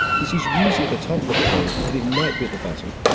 this is usually at the top of the panel but it might be at the bottom.